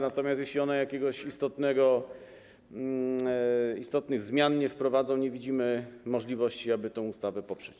Natomiast jeśli one jakichś istotnych zmian nie wprowadzą, nie widzimy możliwości, aby tę ustawę poprzeć.